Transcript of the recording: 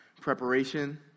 preparation